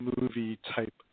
movie-type